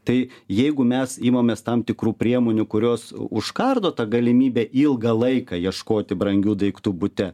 tai jeigu mes imamės tam tikrų priemonių kurios užkardo tą galimybę ilgą laiką ieškoti brangių daiktų bute